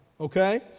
Okay